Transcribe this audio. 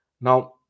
now